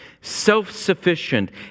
self-sufficient